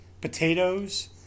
potatoes